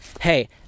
Hey